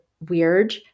weird